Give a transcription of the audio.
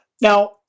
Now